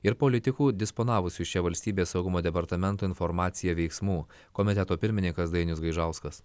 ir politikų disponavusių šia valstybės saugumo departamento informacija veiksmų komiteto pirmininkas dainius gaižauskas